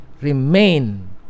remain